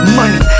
money